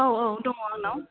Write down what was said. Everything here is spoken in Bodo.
औ औ दङ आंनाव